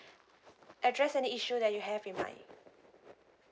address any issue that you have in mind